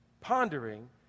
pondering